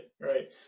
right